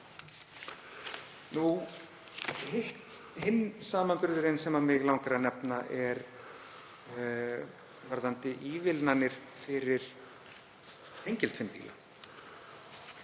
Hinn samanburðurinn sem mig langar að nefna varðar ívilnanir fyrir tengiltvinnbíla.